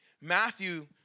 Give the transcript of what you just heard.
Matthew